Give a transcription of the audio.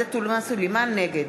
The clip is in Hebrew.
נגד